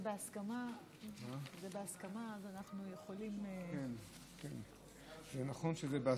זה בהסכמה, אז אנחנו יכולים, זה נכון שזה בהסכמה,